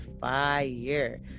fire